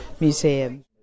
Museum